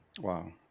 wow